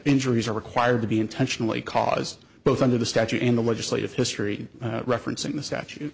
injuries are required to be intentionally caused both under the statute in the legislative history referencing the statu